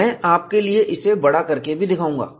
मैं आपके लिए इसे बड़ा करके भी दिखाऊंगा